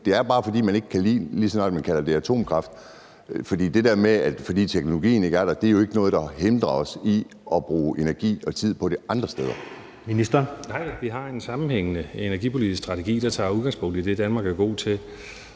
det atomkraft, ikke kan lide det, for det der med, at teknologien ikke er der, er jo ikke noget, der hindrer os i at bruge energi og tid på det andre steder.